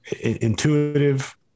Intuitive